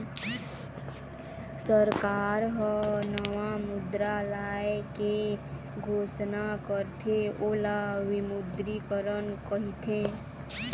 सरकार ह नवा मुद्रा लाए के घोसना करथे ओला विमुद्रीकरन कहिथें